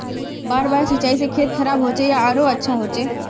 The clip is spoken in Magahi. बार बार सिंचाई से खेत खराब होचे या आरोहो अच्छा होचए?